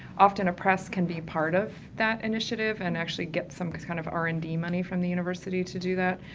often a press can be part of that initiative and actually get some kind of r. and d. money from the university to do that.